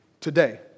today